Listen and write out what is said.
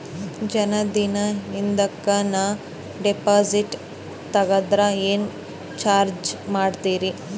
ಜರ ದಿನ ಹಿಂದಕ ನಾ ಡಿಪಾಜಿಟ್ ತಗದ್ರ ಏನ ಚಾರ್ಜ ಮಾಡ್ತೀರಿ?